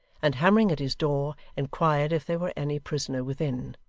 and hammering at his door, inquired if there were any prisoner within.